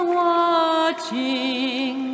watching